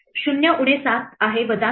0 उणे 7 आहे वजा 7